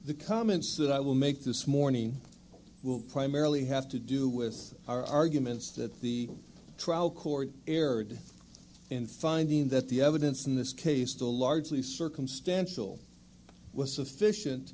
the comments that i will make this morning will primarily have to do with arguments that the trial court erred in finding that the evidence in this case the largely circumstantial was sufficient